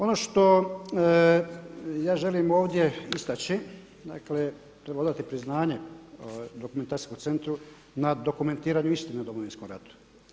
Ono što ja želim ovdje istači, dakle treba odati priznanje dokumentacijskom centru na dokumentiranju istine o Domovinskom ratu.